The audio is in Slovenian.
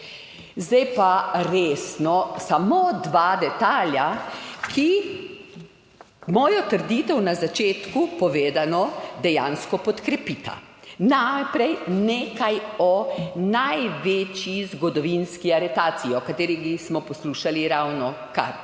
16.05 (nadaljevanje) mojo trditev na začetku povedano dejansko podkrepita. Najprej nekaj o največji zgodovinski aretaciji, o kateri smo poslušali ravnokar?